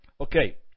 Okay